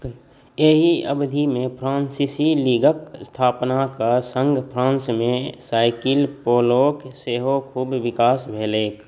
एहि अवधिमे फ्रान्सीसी लीगके स्थापनाके सङ्ग फ्रान्समे साइकिल पोलोके सेहो खूब विकास भेलै